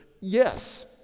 Yes